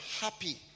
happy